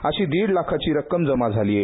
अशी दिड लाखाची रूक्कम ही जमा झाली आहे